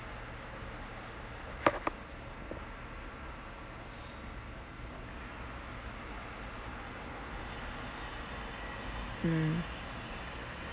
mm